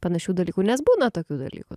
panašių dalykų nes būna tokių dalykų